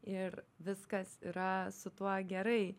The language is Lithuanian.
ir viskas yra su tuo gerai